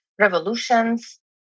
revolutions